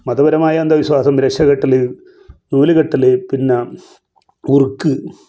മതപരമായ അന്ധവിശ്വാസം രക്ഷ കെട്ടല് നൂല് കെട്ടൽ പിന്നെ ഉറുക്ക്